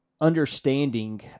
understanding